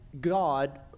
God